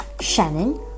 Shannon